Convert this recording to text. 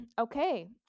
Okay